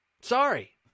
Sorry